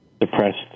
depressed